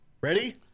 Ready